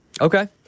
Okay